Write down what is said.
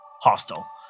hostile